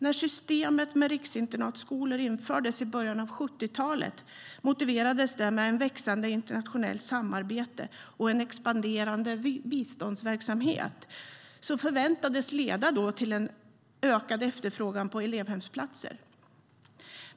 När systemet med riksinternatskolor infördes i början av 70-talet motiverades det med ett växande internationellt samarbete och en expanderande biståndsverksamhet som förväntades leda till en ökad efterfrågan på elevhemsplatser.